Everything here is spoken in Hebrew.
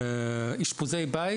אשפוזי בית